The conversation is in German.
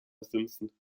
simpson